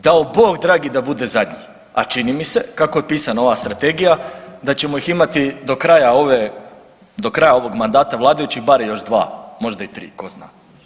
Dao Bog dragi da bude zadnji, a čini mi se, kako je pisana ova Strategija da ćemo ih imati do kraja ove, do kraja ovog mandata vladajućih bar još 2, možda i 3, tko zna.